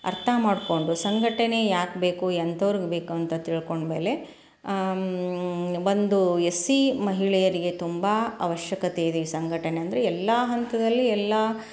ಅರ್ಥ ಮಾಡಿಕೊಂಡು ಸಂಘಟನೆ ಯಾಕೆ ಬೇಕು ಎಂಥವ್ರ್ಗೆ ಬೇಕು ಅಂತ ತಿಳ್ಕೊಂಡ ಮೇಲೆ ಒಂದು ಎಸ್ ಸೀ ಮಹಿಳೆಯರಿಗೆ ತುಂಬ ಅವಶ್ಯಕತೆ ಇದೆ ಈ ಸಂಘಟನೆ ಅಂದರೆ ಎಲ್ಲ ಹಂತದಲ್ಲಿ ಎಲ್ಲ